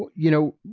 you know,